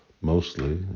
mostly